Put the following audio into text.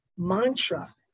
mantra